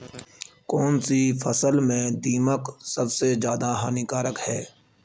कौनसी फसल में दीमक सबसे ज्यादा हानिकारक है?